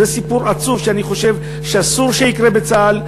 זה סיפור עצוב, שאני חושב שאסור שיקרה בצה"ל.